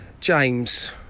James